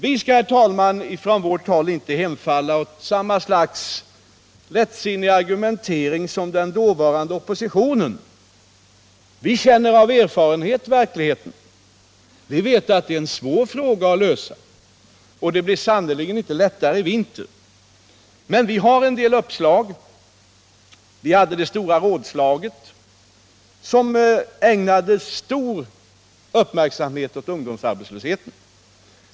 Vi skall från vårt håll inte hemfalla åt samma lättsinniga argumentering som den dåvarande oppositionen. Vi känner av erfarenhet till hurudan verkligheten är. Vi vet att problemen är svåra att lösa. Och det blir san nerligen inte lättare att göra det i vinter. Men vi har en del uppslag. Vi har haft ett stort rådslag, där vi ägnade stor uppmärksamhet åt ungdomsarbetslösheten.